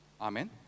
Amen